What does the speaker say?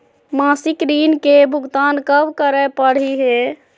मासिक ऋण के भुगतान कब करै परही हे?